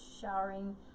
showering